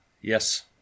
Yes